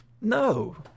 no